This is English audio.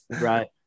right